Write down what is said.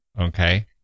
Okay